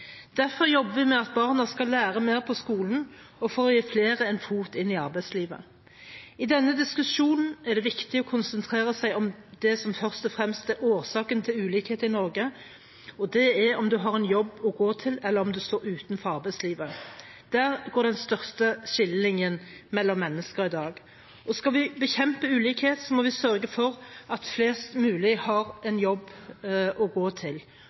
Derfor jobber vi for at barna skal lære mer på skolen og for å gi flere en fot inn i arbeidslivet. I denne diskusjonen er det viktig å konsentrere seg om det som først og fremst er årsaken til ulikhet i Norge, og det er om en har jobb å gå til, eller om en står utenfor arbeidslivet – der går den største skillelinjen mellom mennesker i dag. Skal vi bekjempe ulikhet, må vi sørge for at flest mulig har en jobb å gå til.